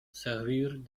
servirent